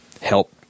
help